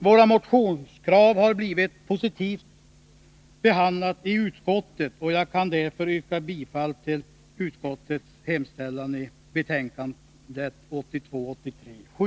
Våra motionskrav har blivit positivt behandlade i utskottet, och jag kan därför yrka bifall till utskottets hemställan i betänkandet 1982/83:7.